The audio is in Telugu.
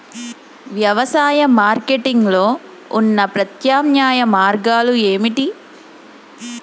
వ్యవసాయ మార్కెటింగ్ లో ఉన్న ప్రత్యామ్నాయ మార్గాలు ఏమిటి?